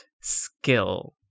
skill